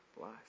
life